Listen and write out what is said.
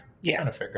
Yes